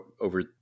over